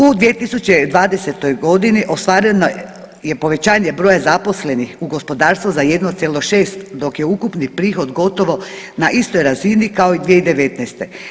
U 2020. godini ostvareno je povećanje broja zaposlenih u gospodarstvu za 1,6 dok je ukupni prihod gotovo na istoj razini kao i 2019.